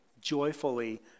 joyfully